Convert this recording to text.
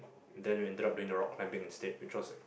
then we ended up in the rock climbing instead which was